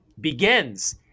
begins